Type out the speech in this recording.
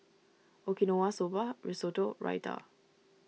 Okinawa Soba Risotto Raita